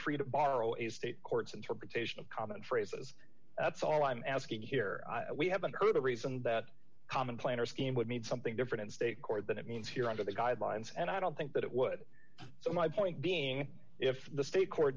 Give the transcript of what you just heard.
free to borrow a state courts interpretation of common phrases that's all i'm asking here we haven't heard a reason that common plan or scheme would mean something different in state court than it means here under the guidelines and i don't think that it would so my point being if the state court